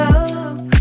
up